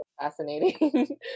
fascinating